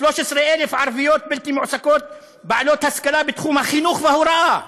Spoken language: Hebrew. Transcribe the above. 13,000 ערביות בלתי מועסקות בעלות השכלה בתחום החינוך וההוראה.